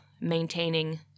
maintaining